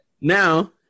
Now